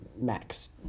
Max